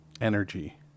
energy